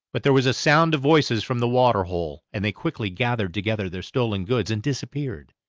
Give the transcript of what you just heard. but there was a sound of voices from the waterhole, and they quickly gathered together their stolen goods and disappeared.